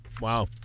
Wow